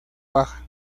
baja